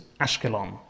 Ashkelon